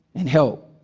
and help,